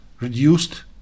reduced